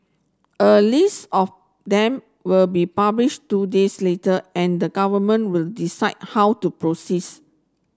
a list of them will be published two days later and the government will decide how to proceeds